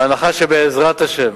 בהנחה שבעזרת השם